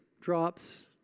drops